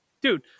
Dude